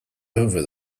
over